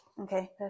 Okay